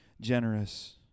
generous